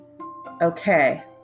okay